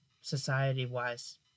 society-wise